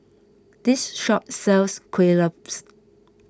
this shop sells Kuih Lopes